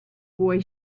boy